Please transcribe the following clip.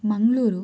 Mangaluru